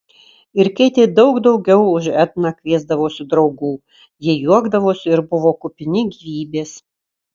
ir keitė daug daugiau už etną kviesdavosi draugų jie juokdavosi ir buvo kupini gyvybės